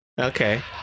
okay